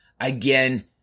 again